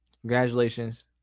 congratulations